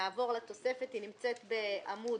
נעבור לתוספת, שנמצאת בעמ'